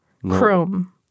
Chrome